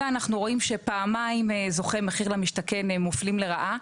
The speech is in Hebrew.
אנחנו רואים שפעמיים זוכי מחיר למשתכן מופלים לרעה,